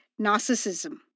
narcissism